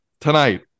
Tonight